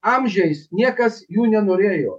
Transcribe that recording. amžiais niekas jų nenorėjo